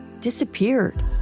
disappeared